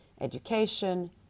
education